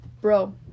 bro